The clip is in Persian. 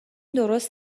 درست